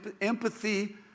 empathy